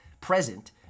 present